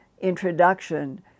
introduction